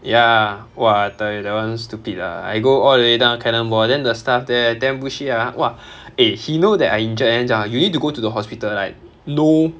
ya !wah! I tell you that [one] stupid lah I go all the way down cannonball then the staff there damn bullshit ah !wah! eh he knew that I injured and then 讲 you need to go to the hospital right no